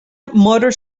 motor